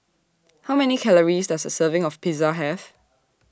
How Many Calories Does A Serving of Pizza Have